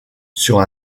sur